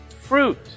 fruit